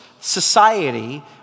society